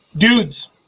Dudes